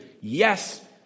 yes